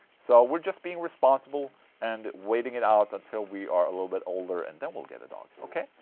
so we're just being responsible and waiting it out until we are a little bit older and then we'll get a dog, ok?